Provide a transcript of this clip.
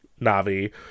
Navi